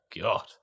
God